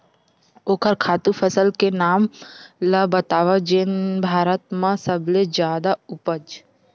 ओखर खातु फसल के नाम ला बतावव जेन भारत मा सबले जादा उपज?